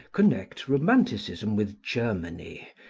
connect romanticism with germany,